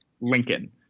Lincoln